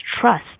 Trust